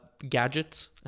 gadgets